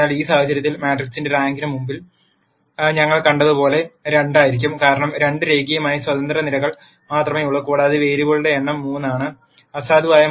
അതിനാൽ ഈ സാഹചര്യത്തിൽ മാട്രിക്സിന്റെ റാങ്കിന് മുമ്പ് ഞങ്ങൾ കണ്ടതുപോലെ 2 ആയിരിക്കും കാരണം രണ്ട് രേഖീയമായി സ്വതന്ത്ര നിരകൾ മാത്രമേയുള്ളൂ കൂടാതെ വേരിയബിളുകളുടെ എണ്ണം 3 അസാധുവാണ് 3 2 1